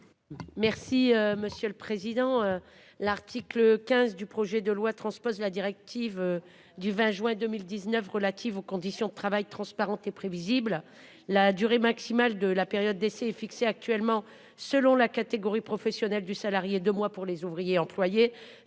Merci monsieur le président. L'article 15 du projet de loi transpose la directive du 20 juin 2019 relatives aux conditions de travail transparentes et prévisibles. La durée maximale de la période d'essai est fixé actuellement selon la catégorie professionnelle du salarié de mois pour les ouvriers, employés,